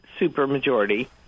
supermajority